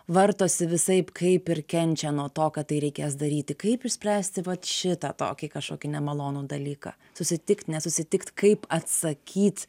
vartosi visaip kaip ir kenčia nuo to kad tai reikės daryti kaip išspręsti vat šitą tokį kažkokį nemalonų dalyką susitikti nesusitikti kaip atsakyti